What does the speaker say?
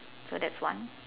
so that's one